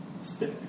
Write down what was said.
stick